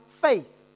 faith